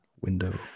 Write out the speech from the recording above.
window